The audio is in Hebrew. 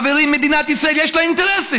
חברים, למדינת ישראל יש אינטרסים.